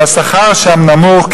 אבל השכר שם נמוך,